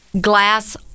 glass